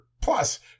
plus